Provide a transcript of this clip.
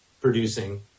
producing